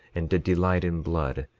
and did delight in blood,